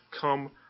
come